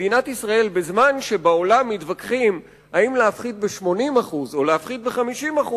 בזמן שבעולם מתווכחים אם להפחית ב-80% או להפחית ב-50%,